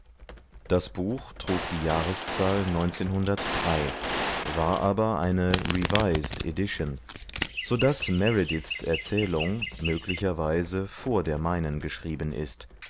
das buch trug die jahreszahl war aber eine revised edition so daß merediths erzählung möglicherweise vor der meinen geschrieben ist